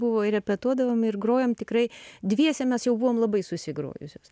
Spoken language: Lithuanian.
buvo ir repetuodavom ir grojom tikrai dviese mes jau buvom labai susigrojusios